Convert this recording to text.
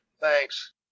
Thanks